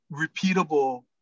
repeatable